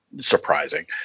surprising